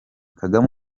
kagame